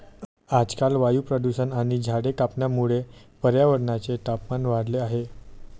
आजकाल वायू प्रदूषण आणि झाडे कापण्यामुळे पर्यावरणाचे तापमान वाढले आहे